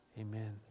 amen